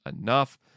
enough